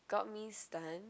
got me stun